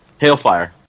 Hailfire